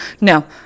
No